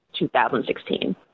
2016